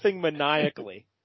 maniacally